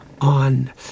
on